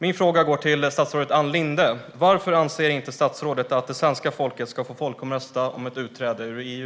Min fråga går till statsrådet Ann Linde: Varför anser inte statsrådet att det svenska folket ska få folkomrösta om ett utträde ur EU?